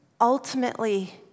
Ultimately